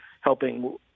helping